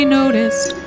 noticed